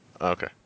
Okay